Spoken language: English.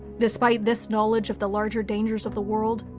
despite this knowledge of the larger dangers of the world,